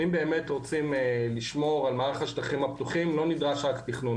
אם באמת רוצים לשמור על מערך השטחים הפתוחים לא נדרש רק תכנון.